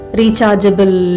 rechargeable